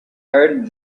heard